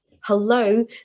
Hello